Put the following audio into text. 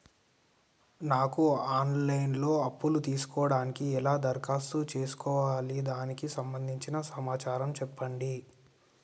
నాకు online లో అప్పు తీసుకోవడానికి ఎలా దరఖాస్తు చేసుకోవాలి దానికి సంబంధించిన సమాచారం చెప్పండి?